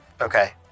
Okay